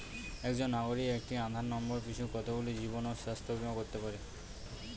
একজন নাগরিক একটি আধার নম্বর পিছু কতগুলি জীবন ও স্বাস্থ্য বীমা করতে পারে?